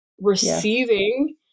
receiving